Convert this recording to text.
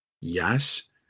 Yes